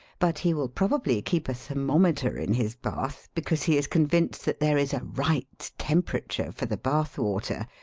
but he will probably keep a thermometer in his bath because he is convinced that there is a right tempera ture for the bath-water,